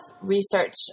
research